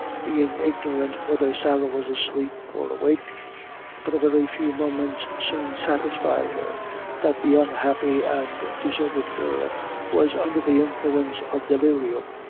being ignorant whether sarah was asleep or awake but a very few moments soon satisfied her that the unhappy and deserted girl was under the influence of delirium.